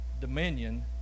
Dominion